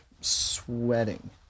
sweating